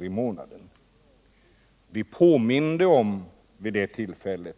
i månaden. Vi påminde vid det tillfället